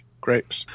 grapes